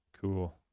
Cool